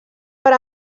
per